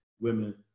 women